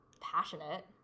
passionate